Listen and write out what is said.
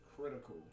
critical